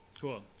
cool